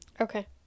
Okay